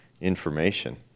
information